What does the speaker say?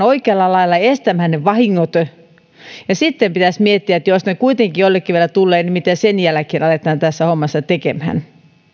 oikealla lailla estämään ne vahingot ja sitten pitäisi miettiä jos ne kuitenkin jollekin vielä tulevat mitä sen jälkeen aletaan tässä hommassa tekemään